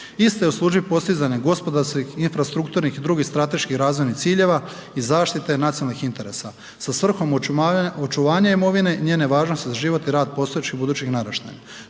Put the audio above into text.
Isto je u službi postizanja gospodarskih, infrastrukturnih i drugih strateških i razvojnih ciljeva i zaštite nacionalnih interesa sa svrhom očuvanja imovine, njene važnosti za život i rad postojećih budućih naraštaja.